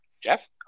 Jeff